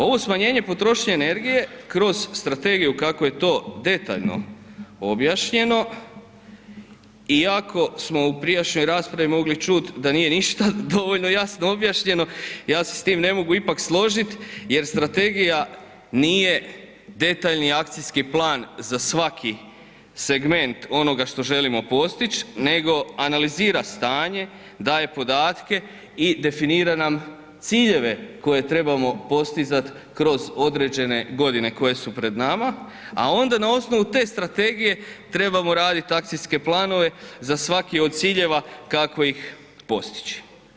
Ovo smanjenje potrošnje energije kroz strategiju kako je to detaljno objašnjeno iako smo u prijašnjoj raspravi mogli čut da nije ništa dovoljno jasno objašnjeno, ja se s tim ne mogu ipak složit jer strategija nije detaljni akcijski plan za svaki segment onoga što želimo postić nego analizira stanje, daje podatke i definira nam ciljeve koje trebamo postizat kroz određene godine koje su pred nama, a onda na osnovu te strategije trebamo radit akcijske planove za svaki od ciljeva kako ih postići.